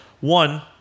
One